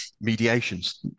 mediations